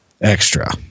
extra